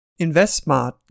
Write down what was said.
InvestSmart